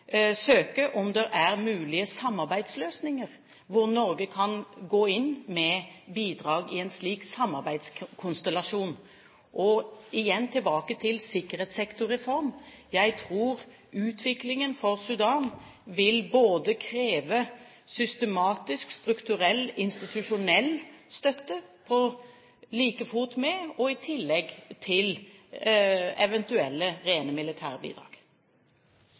søke om det er mulige samarbeidsløsninger, hvor Norge kan gå inn med bidrag i en slik samarbeidskonstellasjon. Og igjen tilbake til sikkerhetssektorreform: Jeg tror utviklingen for Sudan vil kreve både systematisk, strukturell og institusjonell støtte på like fot med og i tillegg til eventuelle rene